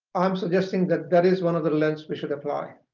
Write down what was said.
i'm suggesting that that is one of the lens we should apply